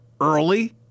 early